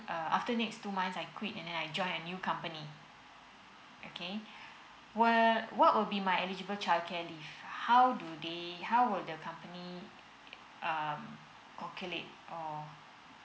uh after next two months I quit and then I join a company okay what what uh would be my eligible childcare leave how do they how would the company or colleague or